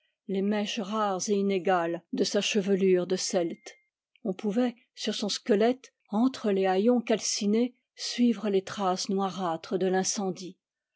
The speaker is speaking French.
les mèches rares et inégales de sa chevelure de celte on pouvait sur son squelette entre les haillons calcinés suivre les traces noirâtres de l'incendie